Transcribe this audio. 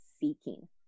seeking